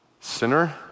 sinner